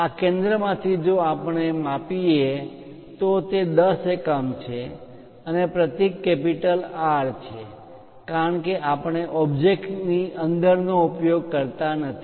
આ કેન્દ્રમાંથી જો આપણે માપીએ તો તે 10 એકમ છે અને પ્રતીક R છે કારણ કે આપણે ઓબ્જેક્ટ ની અંદર નો ઉપયોગ કરતા નથી